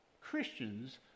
Christians